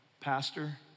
pastor